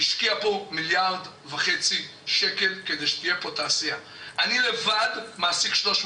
השקיעה פה מיליארד וחצי ₪ על מנת שתהיה פה תעשייה.